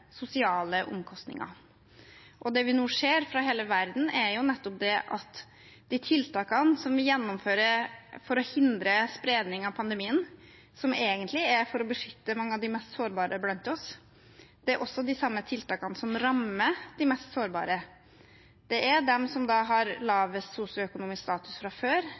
sosiale omkostninger. Det vi nå ser fra hele verden, er at de tiltakene som man innfører for å hindre spredningen av pandemien, som egentlig er for å beskytte mange av de mest sårbare blant oss, er de samme tiltakene som rammer de mest sårbare. Det er de som har lavest sosioøkonomisk status fra før,